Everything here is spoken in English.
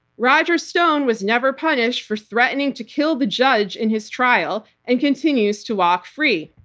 roger stone was never punished for threatening to kill the judge in his trial and continues to walk free.